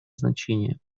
значение